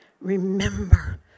remember